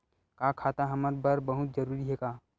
का खाता हमर बर बहुत जरूरी हे का?